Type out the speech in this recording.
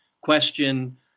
question